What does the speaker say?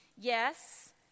Yes